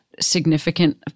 significant